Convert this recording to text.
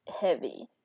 heavy